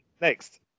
next